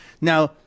Now